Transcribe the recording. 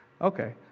Okay